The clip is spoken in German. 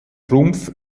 rumpf